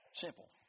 Simple